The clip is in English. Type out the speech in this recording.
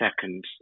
second